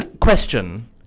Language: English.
question